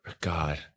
God